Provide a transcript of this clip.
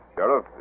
Sheriff